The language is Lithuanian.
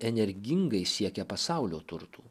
energingai siekia pasaulio turtų